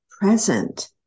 present